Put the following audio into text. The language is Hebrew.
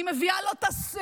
אני מביאה לו את הסעיף.